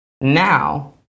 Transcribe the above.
now